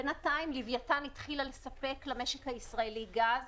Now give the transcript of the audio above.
בינתיים לווייתן התחילה לספק למשק הישראלי גז